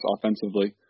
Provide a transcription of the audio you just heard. offensively